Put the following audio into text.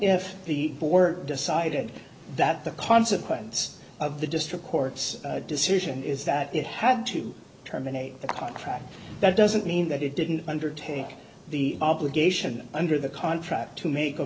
if the board decided that the consequence of the district court's decision is that it had to terminate the contract that doesn't mean that it didn't undertake the obligation under the contract to make a